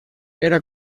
era